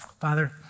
Father